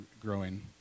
growing